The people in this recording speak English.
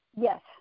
Yes